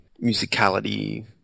musicality